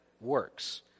works